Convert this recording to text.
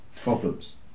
problems